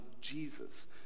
Jesus